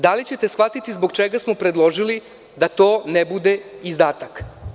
Da li ćete shvatiti zbog čega smo predložili da to ne bude izdatak?